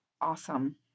Awesome